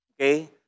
Okay